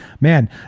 Man